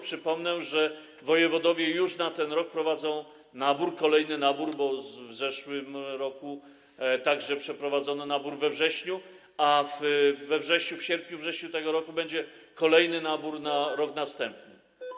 Przypomnę, że wojewodowie już na ten rok prowadzą nabór, kolejny już, bo w zeszłym roku także przeprowadzono nabór we wrześniu, a w sierpniu, wrześniu tego roku będzie kolejny nabór na rok następny.